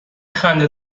خنده